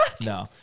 No